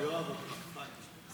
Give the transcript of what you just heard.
יואב, המשקפיים.